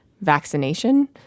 vaccination